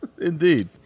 Indeed